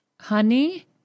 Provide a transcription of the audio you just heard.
honey